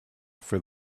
for